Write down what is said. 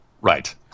Right